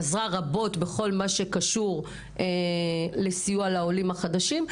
עזרה רבות בכל מה שקשור לסיוע לעולים החדשים.